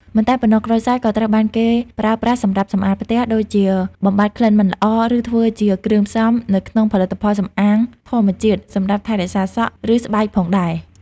មិនតែប៉ុណ្ណោះ ក្រូចសើចក៏ត្រូវបានគេប្រើប្រាស់សម្រាប់ សម្អាតផ្ទះ ដូចជាបំបាត់ក្លិនមិនល្អ ឬធ្វើជាគ្រឿងផ្សំនៅក្នុងផលិតផលសំអាងធម្មជាតិសម្រាប់ថែរក្សាសក់ ឬស្បែកផងដែរ